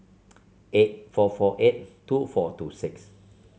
eight four four eight two four two six